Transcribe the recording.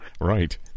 Right